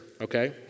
okay